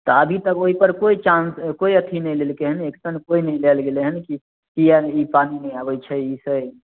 तऽ अभी तक ओहिपर कोइ चान्स कोइ अथी नहि लेलकै हन एक्शन कोइ नहि लेल गेलै हन किए ई पानि जे आबैत छै ई छै